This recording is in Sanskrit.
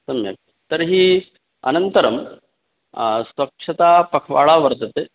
सम्यक् तर्हि अनन्तरं स्वच्छतापख्वाडा वर्तते